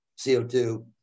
CO2